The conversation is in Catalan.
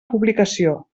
publicació